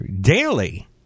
daily